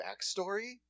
backstory